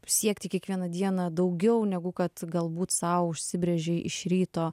siekti kiekvieną dieną daugiau negu kad galbūt sau užsibrėžei iš ryto